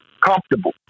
comfortable